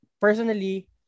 personally